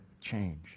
change